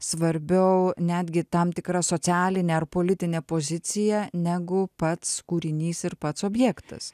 svarbiau netgi tam tikra socialinė ar politinė pozicija negu pats kūrinys ir pats objektas